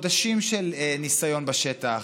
אחרי חודשים של ניסיון בשטח,